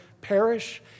perish